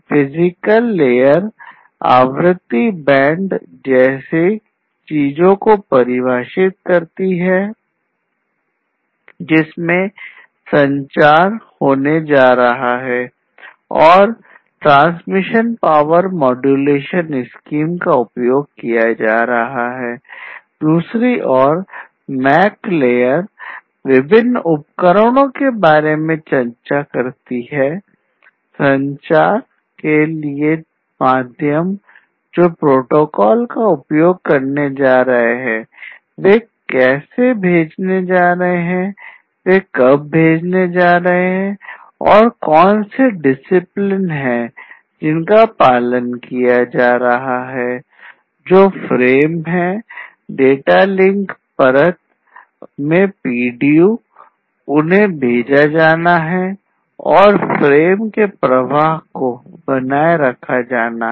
physical परत में PDU उन्हें भेजा जाना है और फ़्रेम के प्रवाह को बनाए रखा जाना है